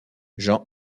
jean